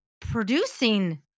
producing